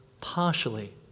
partially